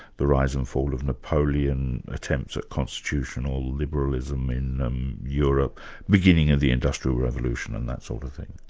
the rise and fall of napoleon, attempts at constitutional liberalism in um europe beginning of the industrial revolution and that sort of thing.